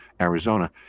Arizona